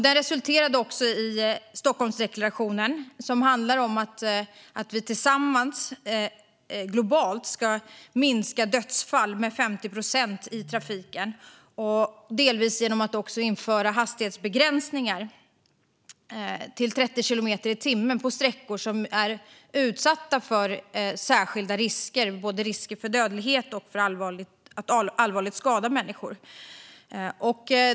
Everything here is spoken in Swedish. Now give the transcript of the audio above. Den resulterade i Stockholmsdeklarationen, som handlar om att vi tillsammans, globalt, ska minska dödsfallen i trafiken med 50 procent, delvis genom att införa hastighetsbegränsningar till 30 kilometer i timmen på sträckor som är utsatta för särskilda risker, både risk för dödlighet och risk för att allvarligt skada människor.